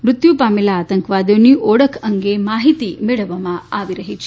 મૃત્યુ પામેલા આતંકવાદીઓની ઓળખ અંગે માઠ્દીતી મેળવવામાં આવી રહી છે